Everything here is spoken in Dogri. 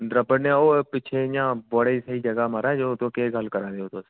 द्रबड़ पिच्छले इयां बड़ी स्हेई जगह महाराज केह् गल्ल करा दे ओ तुस